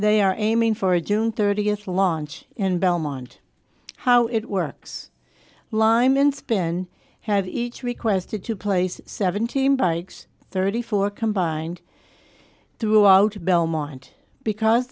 they are aiming for a june thirtieth launch in belmont how it works lyman's been have each requested to place seventeen bikes thirty four combined throughout belmont because